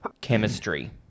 chemistry